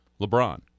LeBron